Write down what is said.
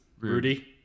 Rudy